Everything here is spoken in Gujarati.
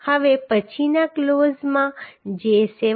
હવે પછીના ક્લોઝમાં જે 7